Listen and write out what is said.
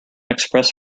express